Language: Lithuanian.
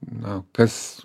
na kas